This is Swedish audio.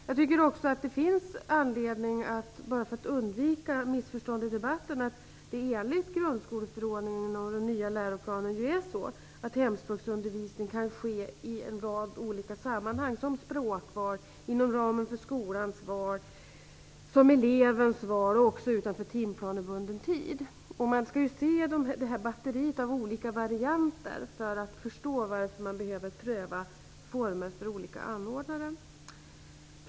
Jag tycker också att det finns anledning att påminna om - för att undvika missförstånd i debatten - att hemspråksundervisningen enligt grundskoleförordningen och den nya läroplanen kan ske i en rad olika sammanhang. Den kan bedrivas i form av språkval, inom ramen för skolans val, som elevens val och även utanför timplanebunden tid. Man måste se detta batteri av olika varianter för att förstå varför man behöver pröva former med olika anordnare av undervisningen.